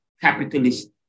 capitalist